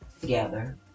together